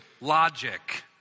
logic